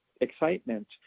excitement